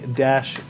dash